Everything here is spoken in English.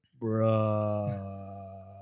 bruh